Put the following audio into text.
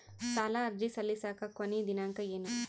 ಸಾಲ ಅರ್ಜಿ ಸಲ್ಲಿಸಲಿಕ ಕೊನಿ ದಿನಾಂಕ ಏನು?